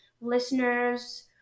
listeners